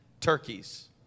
turkeys